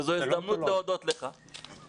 וזו הזדמנות להודות לך.